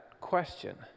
question